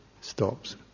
stops